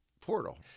portal